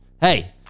Hey